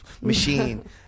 machine